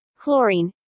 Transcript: chlorine